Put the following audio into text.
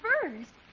first